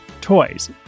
toys